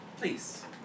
Please